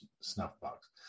Snuffbox